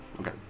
Okay